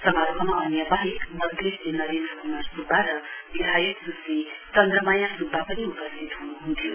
समारोहमा अन्य बाहेक मन्त्री श्री नरेन्द्र कुमार सुब्बा र विधायक सुश्री चन्द्रमाया सुब्बा पनि उपस्थित ह्नुह्न्थ्यो